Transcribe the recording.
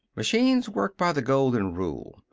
machines work by the golden rule.